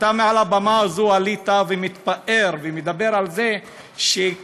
אתה מעל הבמה הזו עלית והתפארת ודיברת על זה שיש